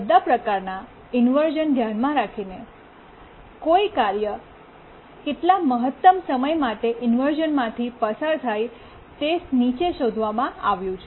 બધા પ્રકારના ઇન્વર્શ઼ન ધ્યાનમાં રાખીને કોઈ કાર્ય કેટલા મહત્તમ સમય માટે ઇન્વર્શ઼નમાંથી પસાર થાય તે નીચે શોધવામાં આવ્યું છે